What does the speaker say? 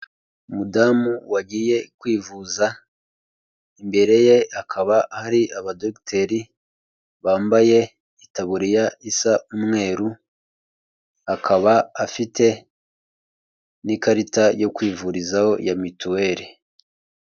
Umudamu wagiye kwivuza imbere ye hakaba hari abadogiteri bambaye itaburiya isa umweru akaba afite n'ikarita yo kwivurizaho ya mituweri.